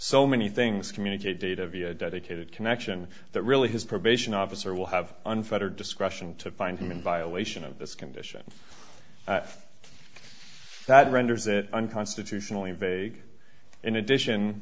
so many things communicate data via a dedicated connection that really his probation officer will have unfettered discretion to find him in violation of this condition that renders it unconstitutionally vague in addition